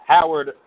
Howard